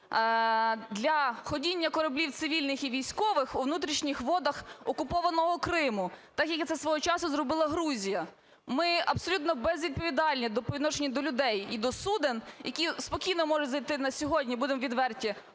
для ходіння кораблів цивільних і військових у внутрішніх водах окупованого Криму, так, як це свого часу зробила Грузія? Ми абсолютно без відповідальні по відношенню до людей і суден, які спокійно можуть зайти у нас сьогодні, будемо відверті.